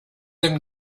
and